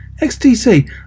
XTC